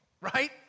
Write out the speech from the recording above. Right